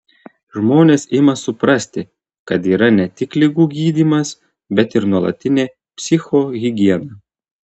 žmonės ima suprasti kad yra ne tik ligų gydymas bet ir nuolatinė psichohigiena